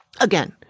again